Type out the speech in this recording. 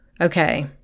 okay